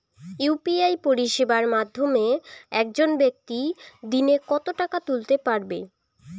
UPI পরিষেবার মাধ্যমে একজন ব্যাক্তি দিনে কত টাকা তুলতে পারবে?